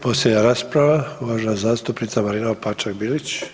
posljednja rasprava uvažena zastupnica Marina Opačak Bilić.